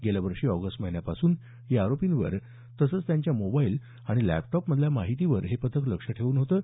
गेल्या वर्षी ऑगस्ट महिन्यापासून या आरोपींवर तसंच त्यांच्या मोबाईल आणि लॅपटॉप मधील माहितीवर हे पथक लक्ष ठेवून होतं